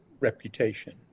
reputation